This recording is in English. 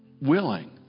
willing